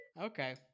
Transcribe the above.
Okay